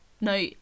No